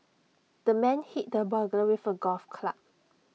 the man hit the burglar with A golf club